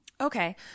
Okay